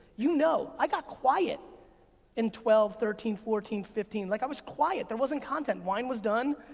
you know, i got quiet in twelve, thirteen, fourteen, fifteen, like i was quiet, there wasn't content. wine was done,